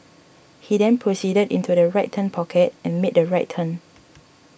he then proceeded into the right turn pocket and made the right turn